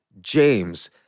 James